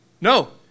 no